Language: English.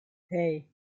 hey